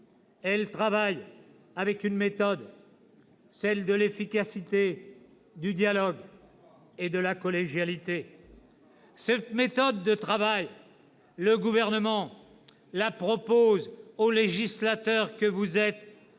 Elle travaille avec une méthode, celle de l'efficacité, du dialogue et de la collégialité. Cette méthode de travail, le Gouvernement la propose aux législateurs que vous êtes,